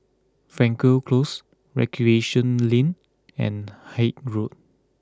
Frankel Close Recreation Lane and Haig Road